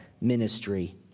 ministry